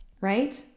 right